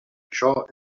això